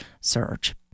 surge